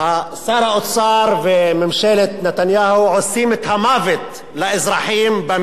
שר האוצר וממשלת נתניהו עושים את המוות לאזרחים במסים.